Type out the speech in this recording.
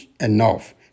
enough